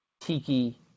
Tiki